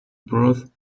broth